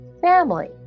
family